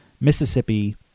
Mississippi